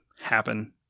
happen